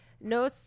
no